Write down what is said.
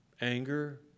anger